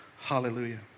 Hallelujah